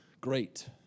Great